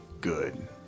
good